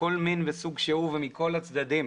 מכל מין וסוג שהוא ומכל הצדדים.